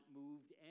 moved